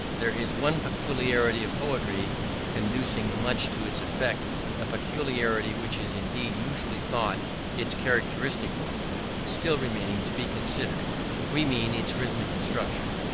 there is one peculiarity of poetry conducing much to its effect the peculiarity which is indeed usually thought its characteristic one still remaining to be considered we mean its rhythmical structure.